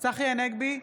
צחי הנגבי,